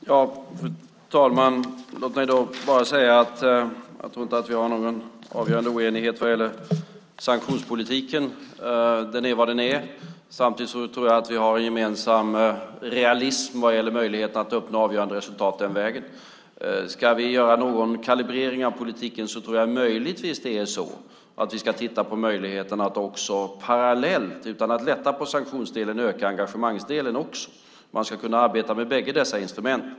Fru talman! Låt mig bara säga att jag inte tror att vi har någon avgörande oenighet vad gäller sanktionspolitiken. Den är vad den är. Samtidigt tror jag att vi har en gemensam realism vad gäller möjligheten att uppnå avgörande resultat den vägen. Ska vi göra någon kalibrering av politiken tror jag att vi möjligtvis ska titta på möjligheten att parallellt, utan att lätta på sanktionsdelen, öka engagemangsdelen. Man ska kunna arbeta med bägge dessa instrument.